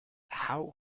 how